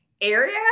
area